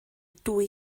dwy